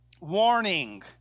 Warning